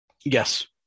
Yes